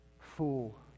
Fool